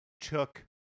took